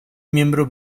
miembro